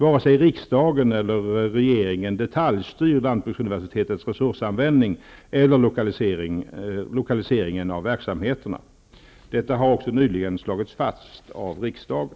Varken riksdagen eller regeringen detaljstyr lantbruksuniversitetets resursanvändning eller lokaliseringen av verksamheterna. Detta har också nyligen slagits fast av riksdagen.